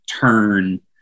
turn